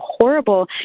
horrible